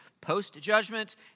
post-judgment